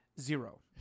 Zero